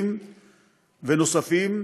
אזרחיים ואחרים,